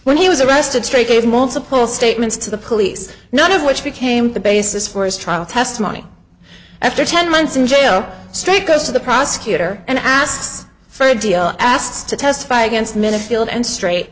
when he was arrested straight gave multiple statements to the police none of which became the basis for his trial testimony after ten months in jail state goes to the prosecutor and asked for a deal asked to testify against minna field and straight